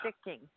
sticking